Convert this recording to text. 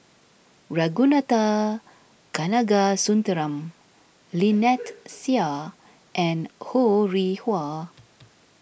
Ragunathar Kanagasuntheram Lynnette Seah and Ho Rih Hwa